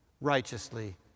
righteously